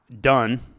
done